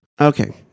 Okay